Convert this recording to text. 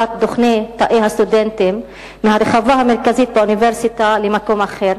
תאי הסטודנטים מהרחבה המרכזית באוניברסיטה למקום אחר,